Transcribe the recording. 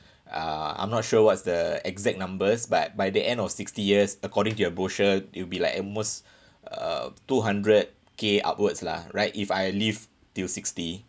uh I'm not sure what's the exact numbers but by the end of sixty years according to your brochure it'll be like at most uh two hundred K upwards lah right if I leave till sixty